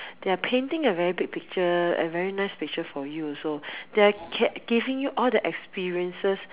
they're painting a very big picture and very nice picture for you also they are giving you all the experiences